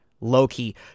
Loki